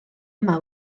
yma